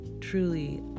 truly